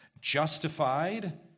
Justified